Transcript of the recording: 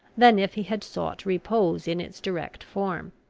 than if he had sought repose in its direct form.